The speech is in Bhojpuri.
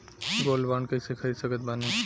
गोल्ड बॉन्ड कईसे खरीद सकत बानी?